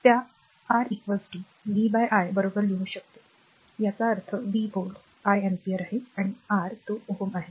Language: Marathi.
त्या r R v i बरोबर लिहू शकतो याचा अर्थ v व्होल्ट i एम्पीयर आहे आणि R तो Ω आहे